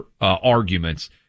arguments